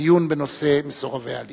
הדיון בנושא מסורבי העלייה.